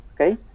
okay